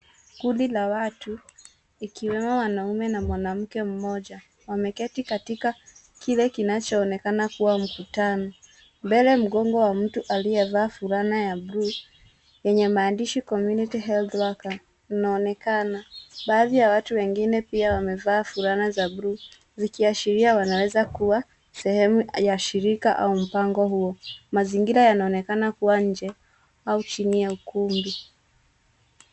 Kundi la watu, ikiwemo wanaume na mwanamke mmoja wameketi katika kile kinachoonekana kuwa mkutano. Mbele, mgongo wa mtu aliyevaa fulana ya bluu yenye maandishi COMMUNITY HEALTH WORKER inaonekana. Baadhi ya watu wengine pia wamevaa fulana za bluu zikiashiria wanaweza kuwa sehemu ya shirika au mpango huo. Mazingira yanaonekana kuwa nje au chini ya ukumbi.